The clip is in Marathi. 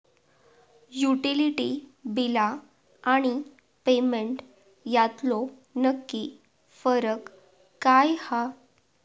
युटिलिटी बिला आणि पेमेंट यातलो नक्की फरक काय हा?